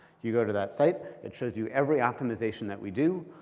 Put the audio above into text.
you go to that site, it shows you every optimization that we do,